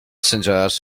crowded